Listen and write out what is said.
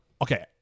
Okay